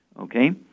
Okay